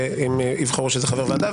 ואם יבחרו זה יהיה חבר ועדה,